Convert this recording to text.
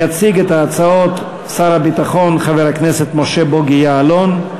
יציג את ההצעות שר הביטחון חבר הכנסת משה בוגי יעלון.